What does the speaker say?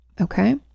Okay